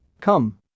Come